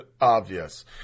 Obvious